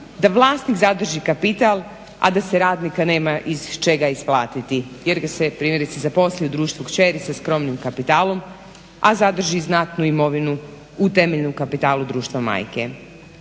da vlasnik zadrži kapital, a da se radnika nema iz čega isplatiti jer ga se primjerice zaposli u društvu kćeri sa skromnim kapitalom, a zadrži znatnu imovinu u temeljnom kapitalu društva majke.